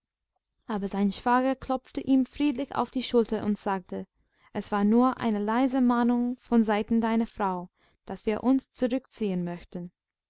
aber sein schwager klopfte ihm friedlich auf die schulter und sagte es war nur eine leise mahnung von seiten deiner frau daß wir uns zurückziehen möchten